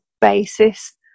basis